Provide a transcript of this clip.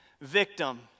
victim